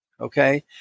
Okay